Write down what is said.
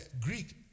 Greek